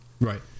Right